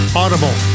audible